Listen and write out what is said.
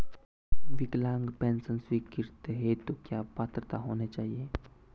विकलांग पेंशन स्वीकृति हेतु क्या पात्रता होनी चाहिये?